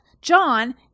John